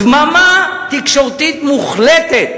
קדימה העבירה בדממה תקשורתית מוחלטת